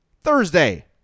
thursday